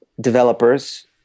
developers